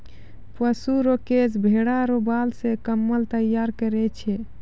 पशु रो केश भेड़ा रो बाल से कम्मल तैयार करै छै